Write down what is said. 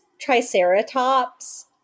triceratops